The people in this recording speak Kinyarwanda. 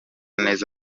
neza